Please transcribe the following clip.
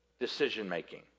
decision-making